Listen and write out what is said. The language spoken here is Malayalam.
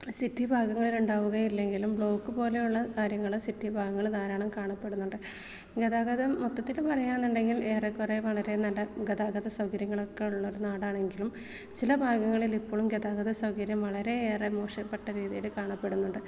സിറ്റി ഭാഗങ്ങളിലുണ്ടാവുകയില്ലെങ്കിലും ബ്ലോക്ക് പോലെയുള്ള കാര്യങ്ങള് സിറ്റി ഭാഗങ്ങളില് ധാരാളം കാണപ്പെടുന്നുണ്ട് ഗതാഗതം മൊത്തത്തില് പറയാന്നുണ്ടെങ്കിൽ ഏറെക്കുറെ വളരെ നല്ല ഗതാഗത സൗകര്യങ്ങളൊക്കെ ഉള്ളൊര് നാടാണെങ്കിലും ചില ഭാഗങ്ങളിൽ ഇപ്പഴും ഗതാഗത സൗകര്യം വളരെയേറെ മോശപ്പെട്ട രീതിയില് കാണപ്പെടുന്നുണ്ട്